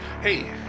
Hey